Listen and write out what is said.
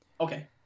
Okay